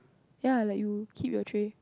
ya like you keep your tray